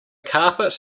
carpet